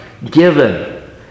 given